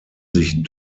sich